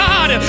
God